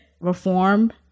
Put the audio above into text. reform